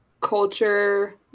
culture